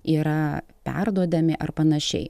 yra perduodami ar panašiai